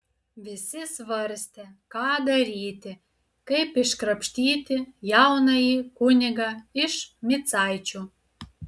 visi svarstė ką daryti kaip iškrapštyti jaunąjį kunigą iš micaičių